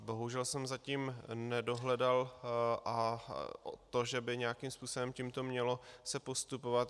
Bohužel jsem zatím nedohledal to, že by nějakým způsobem tímto mělo se postupovat.